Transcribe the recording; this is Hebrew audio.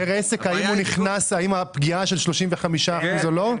פר עסק האם יש פגיעה של 35% או לא?